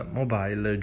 mobile